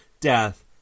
death